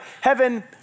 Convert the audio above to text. heaven